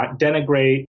denigrate